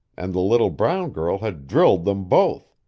and the little brown girl had drilled them both.